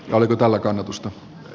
oliko tällä kannatusta